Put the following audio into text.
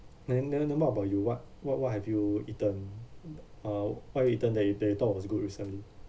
then then what about you what what what have you eaten uh what you eaten that that you thought it was good recently